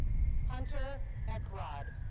hunter eckrod.